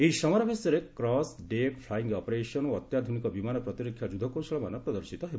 ଏହି ସମରାଭ୍ୟାସରେ cross deck flying operation ଓ ଅତ୍ୟାଧୁନିକ ବିମାନ ପ୍ରତିରକ୍ଷା ଯୁଦ୍ଧକୌଶଳ ମାନ ପ୍ରଦର୍ଶିତ ହେବ